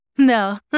No